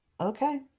Okay